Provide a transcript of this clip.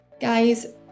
guys